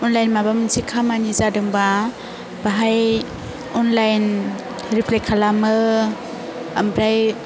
online माबा मोनसे खामानि जादोंबा बाहाय अनलाइन एप्लाइ खालामो आमफ्राइ